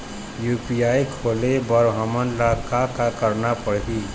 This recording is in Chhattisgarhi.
यू.पी.आई खोले बर हमन ला का का करना पड़ही?